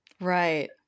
Right